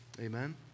Amen